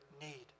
need